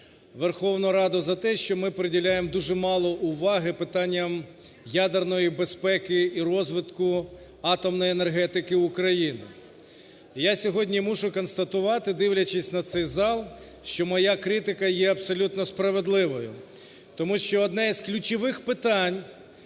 Верховну Раду за те, що ми приділяємо дуже мало уваги питанням ядерної безпеки і розвитку атомної енергетики України. Я сьогодні мушу констатувати, дивлячись на цей зал, що моя критика є абсолютно справедливою, тому що одне з ключових питань